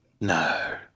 No